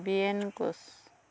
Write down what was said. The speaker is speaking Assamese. বীৰেণ কোচ